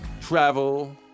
travel